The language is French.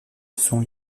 sont